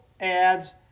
Ads